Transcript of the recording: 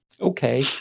okay